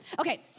Okay